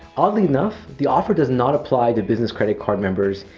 oddly enough, the offer does not apply to business credit card members,